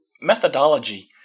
methodology